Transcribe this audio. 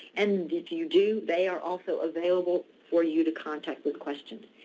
and if you do, they are also available for you to contact with questions.